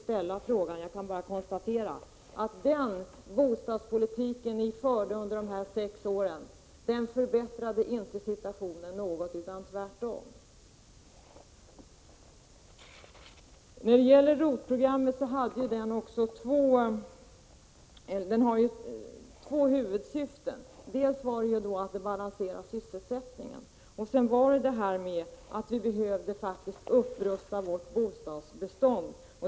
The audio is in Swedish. Jag kan bara konstatera att den bostadspolitik som ni förde under de sex åren inte förbättrade situationen — tvärtom. ROT-programmet hade två huvudsyften, nämligen dels att balansera sysselsättningen, dels att upprusta vårt bostadsbestånd.